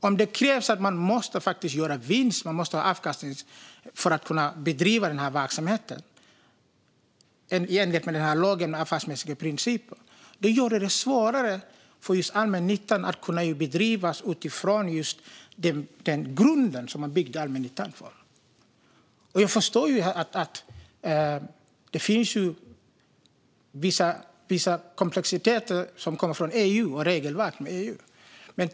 Om det krävs vinst och avkastning för att kunna bedriva den här verksamheten i enlighet med lagen om affärsmässiga principer blir det svårare för allmännyttan att bedriva verksamheten utifrån den grund som man byggt allmännyttan på. Det finns vissa komplexiteter som kommer från EU och EU:s regelverk.